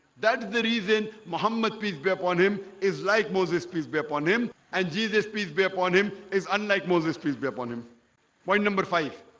that is the reason muhammad peace be upon him is like moses peace be upon him and jesus peace be upon him is unlike moses. peace be upon him point number five